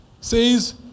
says